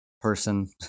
person